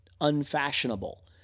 unfashionable